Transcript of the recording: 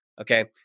okay